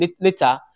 later